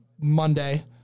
Monday